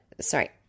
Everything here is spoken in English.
sorry